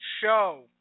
show